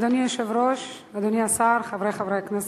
אדוני היושב-ראש, אדוני השר, חברי חברי הכנסת,